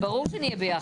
זה ברור שנהיה ביחד.